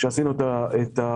כשעשינו את השקלולים,